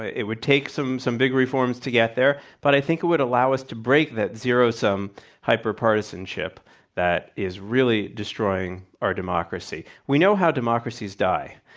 it would take some some big reforms to get there. but i think it would allow us to break that zero-sum hyper partisanship that is really destroying our democracy. we know how democracies die.